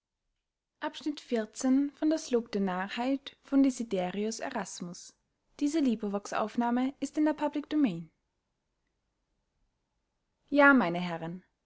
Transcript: ja meine herren